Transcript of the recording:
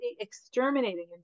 exterminating